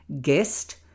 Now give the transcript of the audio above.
guest